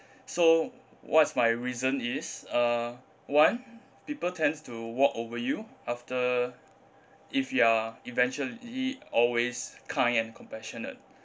so what's my reason is uh one people tends to walk over you after if you are eventually always kind and compassionate